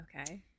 Okay